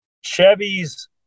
chevy's